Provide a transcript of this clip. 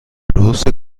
produce